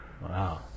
Wow